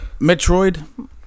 Metroid